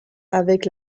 avec